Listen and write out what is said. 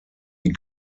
die